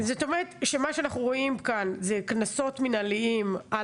זאת אומרת שמה שאנחנו רואים כאן זה קנסות מנהליים על